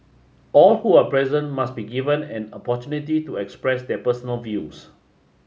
all who are present must be given an opportunity to express their personal views